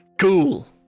Cool